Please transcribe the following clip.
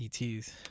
ets